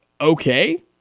okay